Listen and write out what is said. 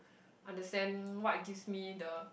understand what gives me the